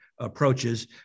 approaches